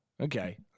okay